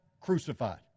crucified